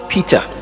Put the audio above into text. Peter